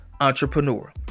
entrepreneur